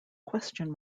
question